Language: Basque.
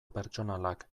pertsonalak